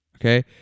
Okay